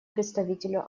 представителю